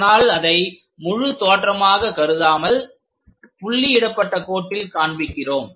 அதனால் அதை முழு தோற்றமாக கருதாமல் புள்ளி இடப்பட்ட கோட்டில் காண்பிக்கிறோம்